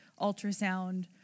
ultrasound